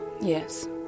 Yes